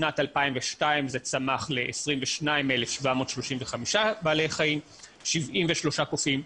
בשנת 2002 זה צמח ל-22,735 בעלי חיים, 73 קופים,